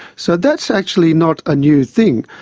so that's actually not a new thing,